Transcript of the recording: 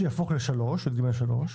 שיהפוך ל-(יג3).